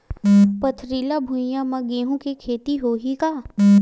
पथरिला भुइयां म गेहूं के खेती होही का?